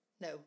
No